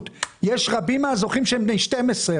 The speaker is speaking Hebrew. שהם בני 12,